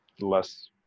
less